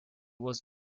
was